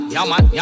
Yaman